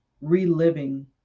reliving